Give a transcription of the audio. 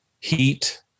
heat